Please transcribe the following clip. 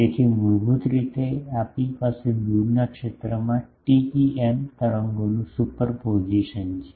તેથી મૂળભૂત રીતે આપણી પાસે દૂરના ક્ષેત્રમાં TEM તરંગોનું સુપરપોઝિશન છે